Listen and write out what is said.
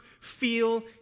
feel